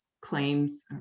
claims